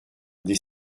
des